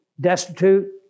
destitute